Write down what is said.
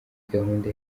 gahunda